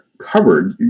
covered